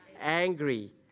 angry